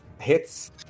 hits